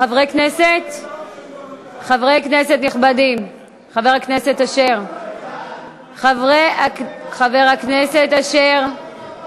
חברי כנסת נכבדים, חבר הכנסת אשר, חבר הכנסת אשר.